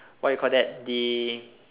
what you call that the